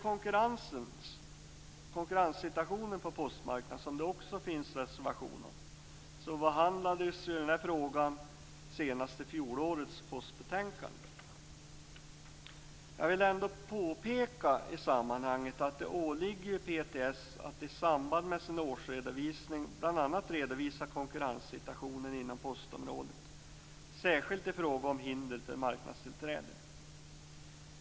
Konkurrenssituationen på postmarknaden, som det också finns en reservation om, behandlades ju senast i fjolårets postbetänkande. Jag vill ändå i sammanhanget påpeka att det åligger PTS att i samband med sin årsredovisning bl.a. redovisa konkurrenssituationen inom postområdet, särskilt i fråga om hinder för marknadstillträde.